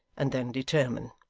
and then determine.